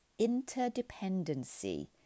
interdependency